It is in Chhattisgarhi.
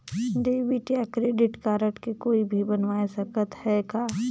डेबिट या क्रेडिट कारड के कोई भी बनवाय सकत है का?